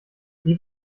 wie